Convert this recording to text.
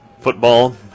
Football